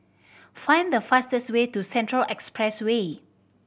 find the fastest way to Central Expressway